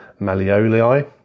malleoli